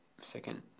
second